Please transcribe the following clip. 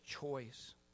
choice